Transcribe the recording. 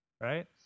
right